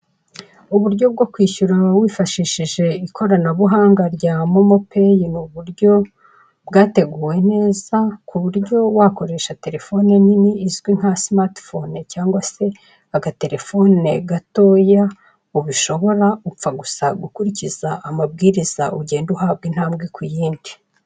Uburyo bwo kwishyura wifashishije ikoranabuhanga rya momo pay ni uburyo bwateguwe neza, ku buryo wakoresha telefone nini izwi nka smart phone cyangwa se agatelefone gatoya ubishobora, upfa gusa gukurikiza amabwiriza ugenda uhabwa intambwe ku yindi.